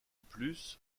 plus